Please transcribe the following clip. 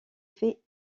fait